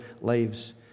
lives